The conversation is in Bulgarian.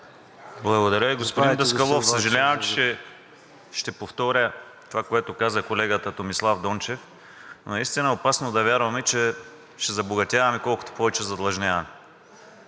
Уважаеми господин Даскалов! Съжалявам, че ще повторя това, което каза колегата Томислав Дончев, но наистина е опасно да вярваме, че ще забогатяваме колкото повече задлъжняваме.